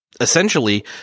essentially